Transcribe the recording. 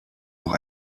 noch